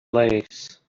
lace